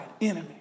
enemy